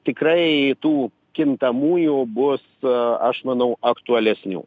tikrai tų kintamųjų bus aš manau aktualesnių